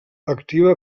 activa